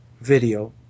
video